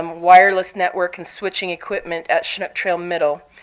um wireless network and switching equipment at chinook trail middle.